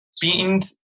beans